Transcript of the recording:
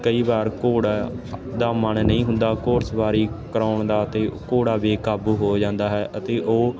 ਕਈ ਵਾਰ ਘੋੜਾ ਦਾ ਮਨ ਨਹੀਂ ਹੁੰਦਾ ਘੋੜਸਵਾਰੀ ਕਰਵਾਉਣ ਦਾ ਅਤੇ ਘੋੜਾ ਬੇਕਾਬੂ ਹੋ ਜਾਂਦਾ ਹੈ ਅਤੇ ਉਹ